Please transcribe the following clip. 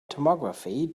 tomography